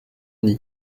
nid